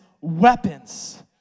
weapons